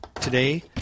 today